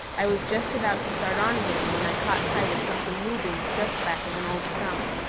i was just about to start on again when i caught sight of something moving just back of an old stump.